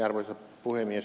tuohon ed